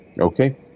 Okay